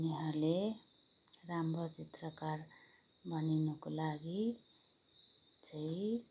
उनीहरूले राम्रो चित्रकार बनिनको लागि चाहिँ